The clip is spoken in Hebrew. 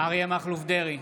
אריה מכלוף דרעי,